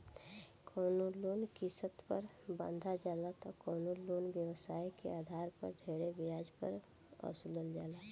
कवनो लोन किस्त पर बंधा जाला त कवनो लोन व्यवसाय के आधार पर ढेरे ब्याज पर वसूलल जाला